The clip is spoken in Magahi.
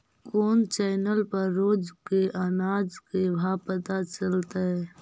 कोन चैनल पर रोज के अनाज के भाव पता चलतै?